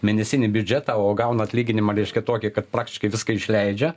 mėnesinį biudžetą o gauna atlyginimą reiškia tokį kad praktiškai viską išleidžia